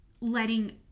letting